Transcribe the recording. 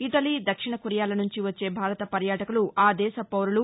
Italy దక్షిణకొరియాల నుంచి వచ్చే భారత పర్యాటకులు ఆ దేశ పౌరులు